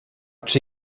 czy